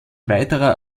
weiterer